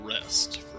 rest